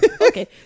Okay